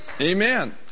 Amen